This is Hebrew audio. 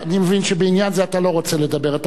אני מבין שבעניין הזה אתה לא רוצה לדבר.